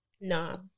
No